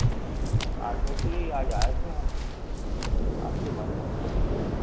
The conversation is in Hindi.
आज वैसे भी आज आए थे हम आज तो बंद है